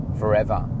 forever